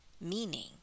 Meaning